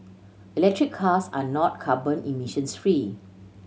electric cars are not carbon emissions free